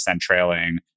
trailing